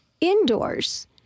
indoors